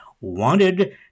wanted